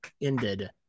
ended